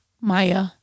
Maya